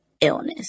Illness